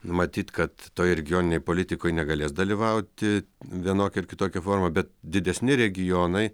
matyt kad toj regioninėj politikoj negalės dalyvauti vienokia ar kitokia forma bet didesni regionai